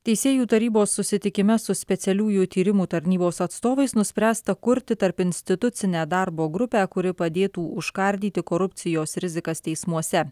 teisėjų tarybos susitikime su specialiųjų tyrimų tarnybos atstovais nuspręsta kurti tarpinstitucinę darbo grupę kuri padėtų užkardyti korupcijos rizikas teismuose